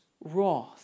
wrath